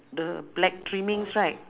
the black trimmings right